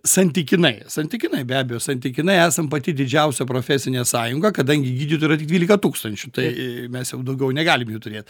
santykinai santykinai be abejo santykinai esam pati didžiausia profesinė sąjunga kadangi gydytojų yra tik dvylika tūkstančių tai mes jau daugiau negalim jų turėt